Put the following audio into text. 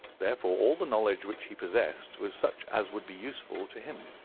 therefore all the knowledge which he possessed was such as would be useful to him.